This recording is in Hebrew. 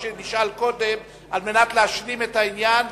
שנשאל קודם על מנת להשלים את העניין.